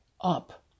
up